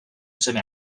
seme